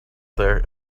there